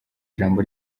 ijambo